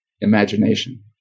imagination